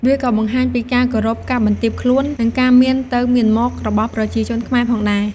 វាក៏បង្ហាញពីការគោរព ការបន្ទាបខ្លួន និងការមានទៅមានមករបស់ប្រជាជនខ្មែរផងដែរ។